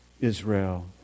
Israel